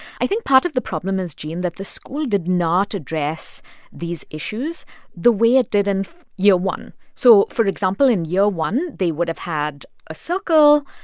i think part of the problem is, gene, that the school did not address these issues the way it did in year one point so, for example, in year one, they would have had a circle.